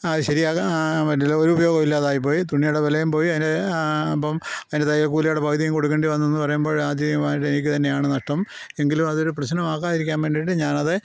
അത് ശരിയാക്കാൻ പറ്റില്ല ഒരു ഉപയോഗോം ഇല്ലാതായി പോയി തുണിയുടെ വിലയും പോയി അതിൻ്റെ അപ്പം അതിൻ്റെ തയ്യൽ കൂലിയുടെ പകുതിയും കൊടുക്കേണ്ടി വന്നു എന്ന് പറയുമ്പം യാന്ത്രികമായിട്ടും എനിക്ക് തന്നെയാണ് നഷ്ട്ടം എങ്കിലും അതൊരു പ്രശനം ആകാതിരിക്കാൻ വേണ്ടിയിട്ട് ഞാൻ അത്